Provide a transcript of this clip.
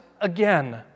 again